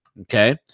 okay